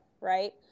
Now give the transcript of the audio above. right